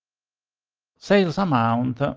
sales amount